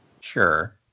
Sure